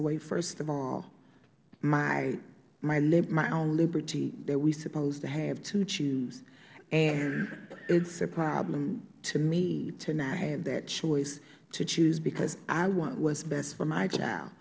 away first of all my own liberty that we are supposed to have to choose and it is a problem to me to not have that choice to choose because i want what is best for my child